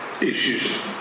issues